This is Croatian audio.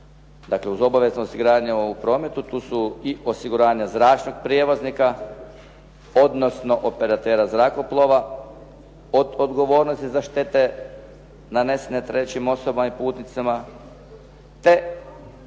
uz obavezno osiguranje u prometu tu su i osiguranja zračnog prijevoznika, odnosno operatera zrakoplova, od odgovornosti za štete nanesene trećim osobama i putnicima,